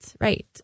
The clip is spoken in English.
right